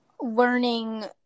learning